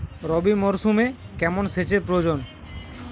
রবি মরশুমে কেমন সেচের প্রয়োজন?